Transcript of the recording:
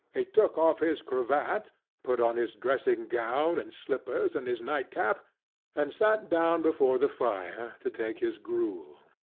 he took off his cravat put on his dressing-gown and slippers, and his nightcap and sat down before the fire to take his gruel.